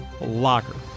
Locker